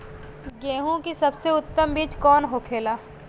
गेहूँ की सबसे उत्तम बीज कौन होखेला?